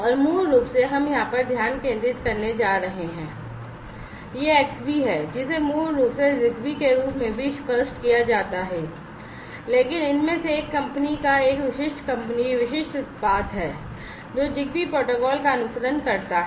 और मूल रूप से हम यहाँ पर ध्यान केंद्रित करने जा रहे हैं यह Xbee जिसे मूल रूप से ZigBee के रूप में भी स्पष्ट किया जाता है लेकिन यह एक विशिष्ट कंपनी का विशिष्ट उत्पाद है जो ZigBee प्रोटोकॉल का अनुसरण करता है